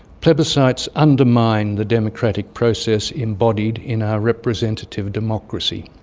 plebiscites undermine the democratic process embodied in our representative democracy.